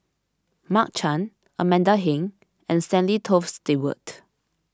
Mark Chan Amanda Heng and Stanley Toft Stewart